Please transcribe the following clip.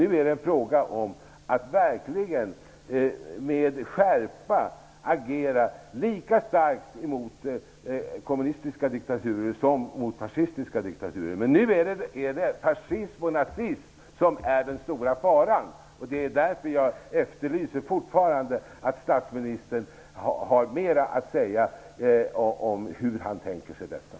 Nu är det frågan om att verkligen med skärpa agera lika starkt emot kommunistiska diktaturer som mot fascistiska diktaturer. Men nu är det fascism och nazism som är den stora faran. Det är därför jag fortfarande efterlyser ett svar från statsministern på hur han tänker agera i den här frågan.